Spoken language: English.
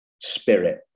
spirit